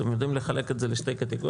אתם יכולים לחלק את זה לשתי קטגוריות?